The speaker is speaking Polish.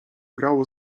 grało